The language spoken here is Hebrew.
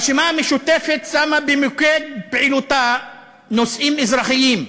הרשימה המשותפת שמה במוקד פעילותה נושאים אזרחיים,